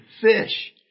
fish